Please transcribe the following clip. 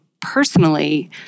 personally